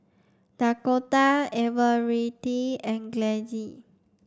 Dakoda Everette and